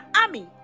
army